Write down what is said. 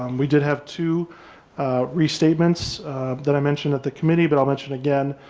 um we did have two restatements that i mentioned that the committee but i'll mentioned again,